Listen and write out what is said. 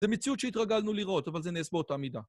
זה מציאות שהתרגלנו לראות, אבל זה נס באותה מידה.